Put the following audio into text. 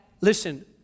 listen